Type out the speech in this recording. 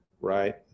right